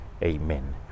Amen